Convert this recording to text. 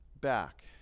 back